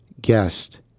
guest